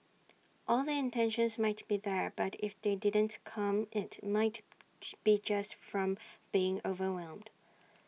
all the intentions might be there but if they didn't come IT might be just from being overwhelmed